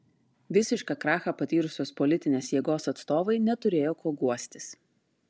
visišką krachą patyrusios politinės jėgos atstovai neturėjo kuo guostis